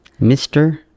Mr